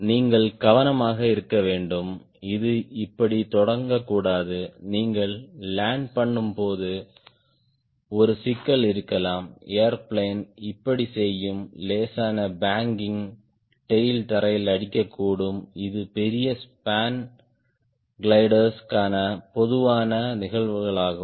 நீங்கள் கவனமாக இருக்க வேண்டும் இது இப்படி தொங்கக்கூடாது நீங்கள் லேண்ட் பண்ணும் போது ஒரு சிக்கல் இருக்கலாம் ஏர்பிளேன் இப்படி செய்யும் லேசான பேங்கிங் டேய்ல் தரையில் அடிக்கக்கூடும் இது பெரிய ஸ்பான் கிளைடர்களுக்கான பொதுவான நிகழ்வுகளாகும்